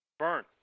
burn